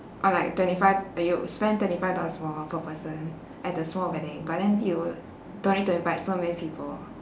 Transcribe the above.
or like twenty five or you spend twenty five dollars more per person at the small wedding but then you don't need to invite so many people